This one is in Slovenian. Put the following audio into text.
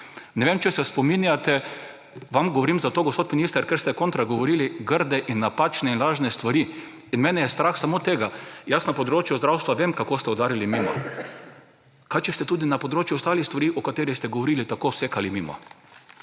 Ne vem, če se spominjate, vam govorim zato, gospod minister, ker ste kontra govorili grde in napačne in lažne stvari, in mene je strah samo tega. Jaz na področju zdravstva vem, kako ste udarili mimo. Kaj če ste tudi na področju ostalih stvari, o katerih ste govorili, tako usekali mimo?